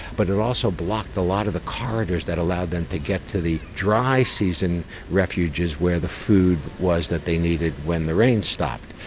but it also blocked a lot of the corridors that allowed them to get to the dry season refuges where the food was that they needed when the rain stopped.